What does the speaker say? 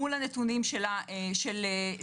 מול הנתונים של הפטירות,